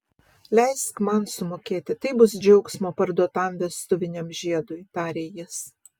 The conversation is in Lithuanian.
leisk man sumokėti tai bus džiaugsmo parduotam vestuviniam žiedui tarė jis